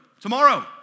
tomorrow